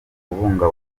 kubungabunga